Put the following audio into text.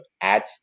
add